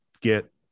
get